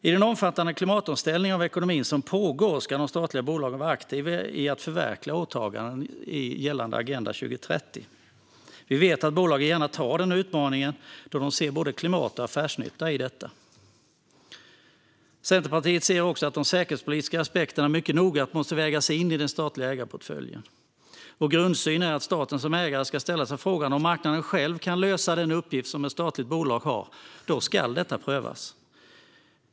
I den omfattande klimatomställning av ekonomin som pågår ska de statliga bolagen vara aktiva i att förverkliga åtaganden gällande Agenda 2030. Vi vet att bolagen gärna antar denna utmaning då de ser både klimat och affärsnytta i detta. Centerpartiet anser också att de säkerhetspolitiska aspekterna mycket noggrant måste vägas in i den statliga ägarportföljen. Vår grundsyn är att staten som ägare ska ställa sig frågan om marknaden själv kan lösa den uppgift som ett statligt bolag har. Då ska detta prövas.